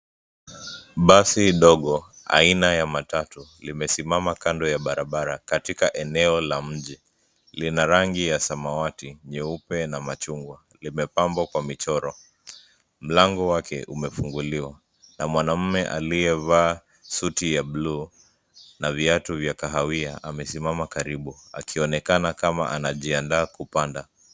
Basi dogo la aina ya matatu , limesimama kando ya barabara katika eneo la mji lina rangi ya samawati, nyeupe na machungwa. Limepambwa kwa michoro. Mlango wake umefunguliwa na mwanaume aliyevaa suti ya buluu na viatu vya kahawia amesimama karibu akionekana kama anajiandaa kupanda.